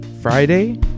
Friday